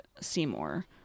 Seymour